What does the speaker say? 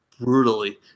brutally